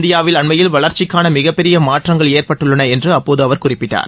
இந்தியாவில் அண்மயில் வளர்ச்சிக்கான மிகப்பெரிய மாற்றங்கள் ஏற்பட்டுள்ளன என்று அப்போது அவர் குறிப்பிட்டார்